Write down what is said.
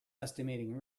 estimating